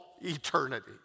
eternity